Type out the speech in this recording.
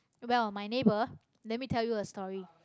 well my neighbour let me tell you a story